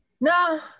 No